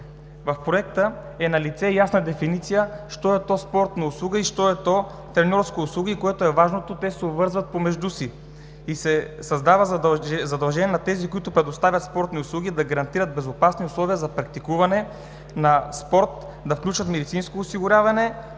В Проекта е налице и ясна дефиниция „що е то спортна услуга“ и „що е то треньорска услуга“. Важното е, че те се обвързват помежду си и се създава задължение на тези, които предоставят спортни услуги, да гарантират безопасни условия за практикуване на спорт, да включват медицинско осигуряване